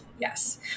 Yes